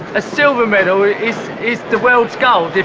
a silver medal is is the world's gold,